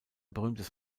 berühmtes